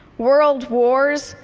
world wars,